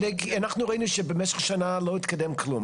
כי אנחנו ראינו במשך שנה לא התקדם כלום,